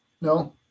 No